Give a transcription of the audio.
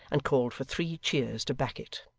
and called for three cheers to back it.